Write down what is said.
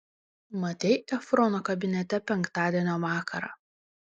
matei efrono kabinete penktadienio vakarą